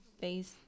face